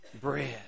bread